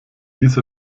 dieser